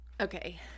Okay